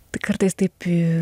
tai kartais taip